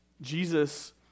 Jesus